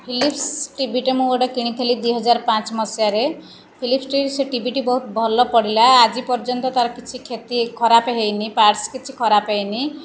Phillips ଟିଭିଟିଏ ମୁଁ ଗୋଟେ କିଣିଥିଲି ଦୁଇ ହଜାର ପାଞ୍ଚ ସେ ଟିଭିଟି ବହୁତ ଭଲ ପଡ଼ିଲା ଆଜି ପର୍ଯ୍ୟନ୍ତ ସେ ଟିଭିଟି କିଛି ଖରାପ ହେଇନି ପାର୍ଟସ କିଛି ଖରାପ ହେଇନି